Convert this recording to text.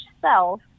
self